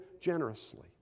generously